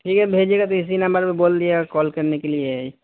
ٹھیک ہے بھیجیے گا تو اسی نمبر میں بول دیجیے گا کال کرنے کے لیے